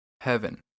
Heaven